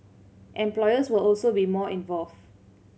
employers will also be more involved